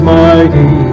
mighty